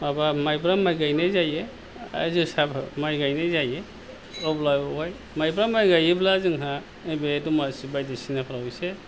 माबा माइब्रा माइ गायनाय जायो आरो जोसाफ्रा माइ गायनाय जायो अब्ला बेवहाय माइब्रा माइ गायोब्ला जोंहा नैबे दमासि बायदिसिनाफ्राव एसे